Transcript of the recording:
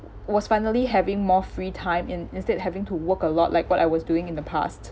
was finally having more free time in~ instead of having to work a lot like what I was doing in the past